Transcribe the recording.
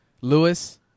Lewis